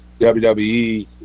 WWE